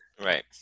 right